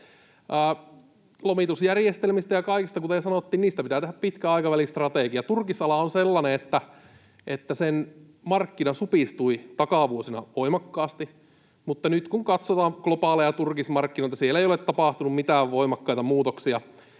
Lomitusjärjestelmistä ja kaikista, kuten sanottiin, pitää tehdä pitkän aikavälin strategia. Turkisala on sellainen, että sen markkina supistui takavuosina voimakkaasti, mutta nyt kun katsotaan globaaleja turkismarkkinoita, siellä ei ole tapahtunut mitään voimakkaita muutoksia.